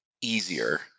easier